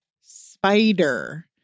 spider